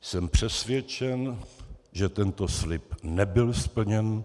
Jsem přesvědčen, že tento slib nebyl splněn.